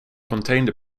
contained